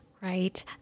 Right